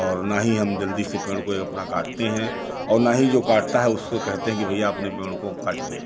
और ना ही हम जल्दी से पेड़ कोई अपना काटते हैं और ना ही जो कटता है उसको कहते हैं कि भईया अपने पेड़ को काटिए